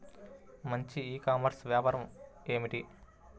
మంచి e-commerce వ్యాపారం ఏమిటీ?